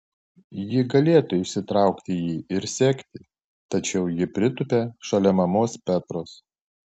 ji galėtų išsitraukti jį ir sekti tačiau ji pritūpia šalia mamos petros